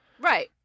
Right